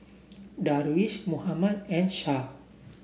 Darwish Muhammad and Shah